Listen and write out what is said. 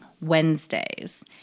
Wednesdays